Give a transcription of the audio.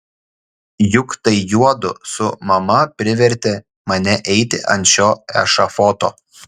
juk tai juodu su mama privertė mane eiti ant šio ešafoto